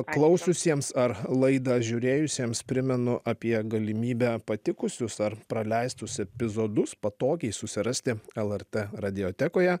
klausiusiems ar laidą žiūrėjusiems primenu apie galimybę patikusius ar praleistus epizodus patogiai susirasti lrt radiotekoje